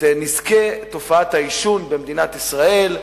ולתמיד את נזקי תופעת העישון במדינת ישראל,